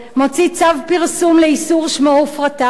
מוציא צו פרסום לאיסור שמו ופרטיו,